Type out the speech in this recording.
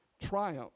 triumph